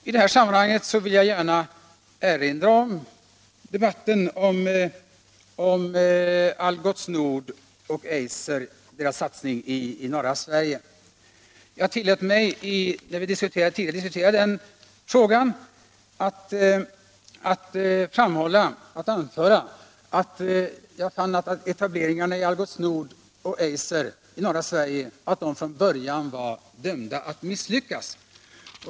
I detta sammanhang vill jag gärna erinra om debatten om Algots Nords och Eisers satsningar i norra Sverige. När vi diskuterade den frågan, tillät jag mig anföra att jag fann dessa etableringar från början dömda att misslyckas.